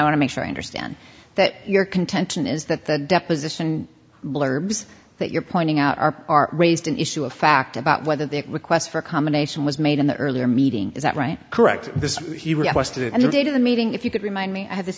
want to make sure i understand that your contention is that the deposition blurbs that you're pointing out are are raised an issue of fact about whether their request for a combination was made in the earlier meeting is that right correct this he requested and the date of the meeting if you could remind me i have this